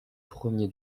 premier